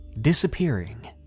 disappearing